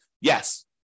Yes